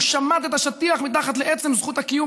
הוא שמט את השטיח מתחת לעצם זכות הקיום